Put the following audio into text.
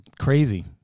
crazy